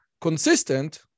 consistent